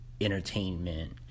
entertainment